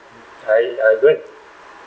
I I go and